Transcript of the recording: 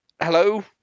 Hello